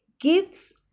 gives